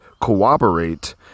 cooperate